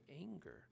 anger